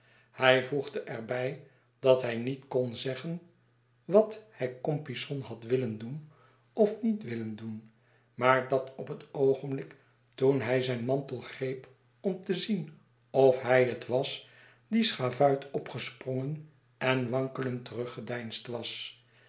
hij voegde er bij dat hij niet kon zeggen wat hij compeyson had willen doen of niet willen doen maar dat op het oogenblik toen hij zijn mantel greep om te zien of hij het was die schavuit opgesprongen en wankelend teruggedeinsd was